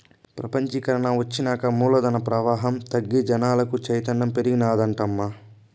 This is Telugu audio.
పెపంచీకరన ఒచ్చినాక మూలధన ప్రవాహం తగ్గి జనాలకు చైతన్యం పెరిగినాదటమ్మా